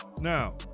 Now